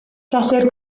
gellir